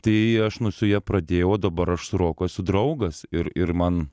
tai aš nu su ja pradėjau o dabar aš su roku esu draugas ir ir man